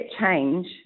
change